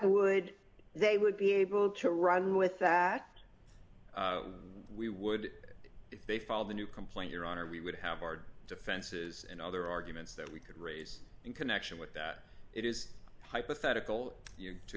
would they would be able to run with that we would if they followed the new complaint your honor we would have hard defenses and other arguments that we could raise in connection with that it is hypothetical